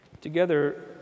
Together